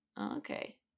Okay